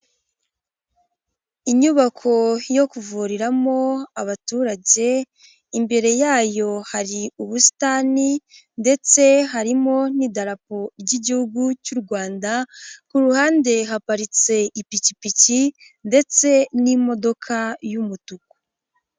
Inyubako yo kuvuriramo abaturage, imbere yayo hari ubusitani ndetse harimo n'idarapo ry'igihugu cy'u Rwanda, ku ruhande haparitse ipikipiki ndetse n'imodoka y'umutuku.